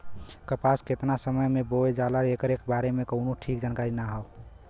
कपास केतना समय से बोअल जाला एकरे बारे में कउनो ठीक जानकारी ना हौ